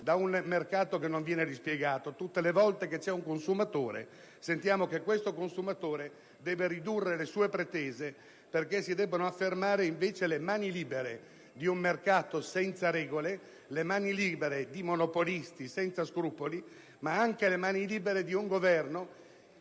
da un mercato che non viene dispiegato. Tutte le volte che c'è un consumatore, sentiamo che questo consumatore deve ridurre le sue pretese perché si debbono affermare invece le mani libere di un mercato senza regole, le mani libere di monopolisti senza scrupoli, ma anche le mani libere di un Governo